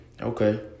okay